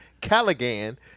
Callaghan